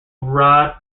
rod